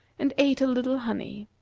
and ate a little honey.